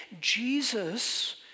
Jesus